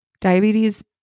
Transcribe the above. diabetes